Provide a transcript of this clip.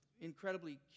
incredibly